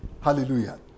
Hallelujah